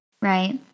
Right